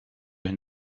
hun